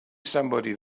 somebody